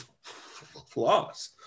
flaws